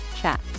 chat